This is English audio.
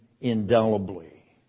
indelibly